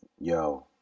Yo